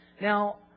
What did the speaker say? Now